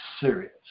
serious